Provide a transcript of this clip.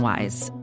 Wise